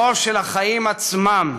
זו של החיים עצמם,